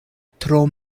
tro